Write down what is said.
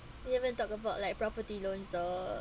you haven't talked about like property loans orh